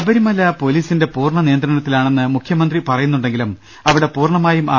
ശബരിമല പോലീസിന്റെ പൂർണ നിയന്ത്രണത്തിലാണെന്ന് മുഖ്യ മന്ത്രി പറയുന്നുണ്ടെങ്കിലും അവിടെ പൂർണമായും ആർ